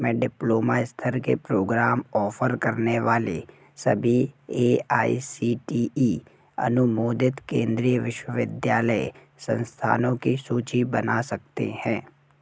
में डिप्लोमा स्तर के प्रोग्राम ऑफर करने वाले सभी A I C T E अनुमोदित केंद्रीय विश्वविद्यालय संस्थानों की सूची बना सकते हैं